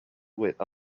with